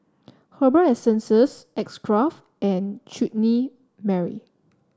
Herbal Essences X Craft and Chutney Mary